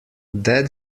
that